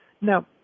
Now